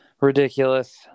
ridiculous